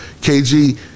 KG